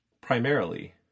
Primarily